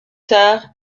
tard